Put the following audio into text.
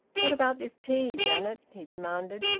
what about this tea, janet? he demanded.